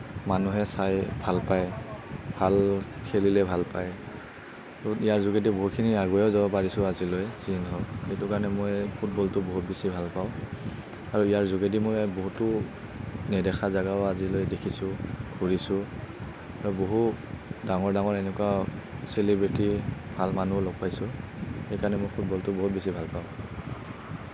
মানুহে চাই ভাল পায় ভাল খেলিলে ভাল পায় ইয়াৰ যোগেদি বহুখিনি আগুৱাই যাব পাৰিছোঁ আজিলৈ যি নহওক যাৰ কাৰণে মই ফুটবলটো বহুত বেছি ভাল পাওঁ আৰু ইয়াৰ যোগেদি মই বহুতো নেদেখা জেগাও আজিলৈকে দেখিছোঁ ঘূৰিছোঁ আৰু বহু ডাঙৰ ডাঙৰ এনেকুৱা চেলিব্ৰেটি ভাল মানুহো লগ পাইছোঁ সেইকাৰণে মই ফুটবলটো বহুত বেছি ভাল পাওঁ